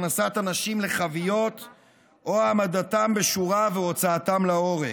הכנסת אנשים לחביות או העמדתם בשורה והוצאתם להורג.